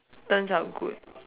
turns out good